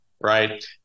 right